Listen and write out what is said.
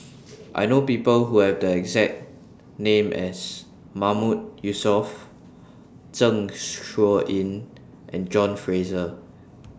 I know People Who Have The exact name as Mahmood Yusof Zeng Shouyin and John Fraser